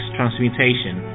Transmutation